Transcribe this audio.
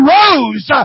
rose